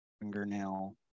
Fingernail